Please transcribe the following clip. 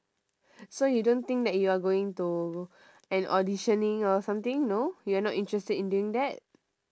so you don't think that you are going to an auditioning or something no you are not interested in doing that